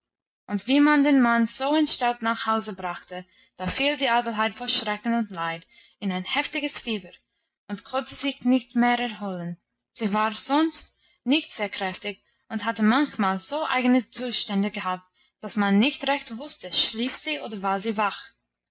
und wie man den mann so entstellt nach hause brachte da fiel die adelheid vor schrecken und leid in ein heftiges fieber und konnte sich nicht mehr erholen sie war sonst nicht sehr kräftig und hatte manchmal so eigene zustände gehabt dass man nicht recht wusste schlief sie oder war sie wach